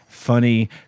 funny